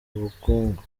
ubukungu